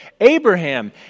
Abraham